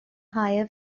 higher